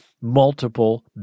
multiple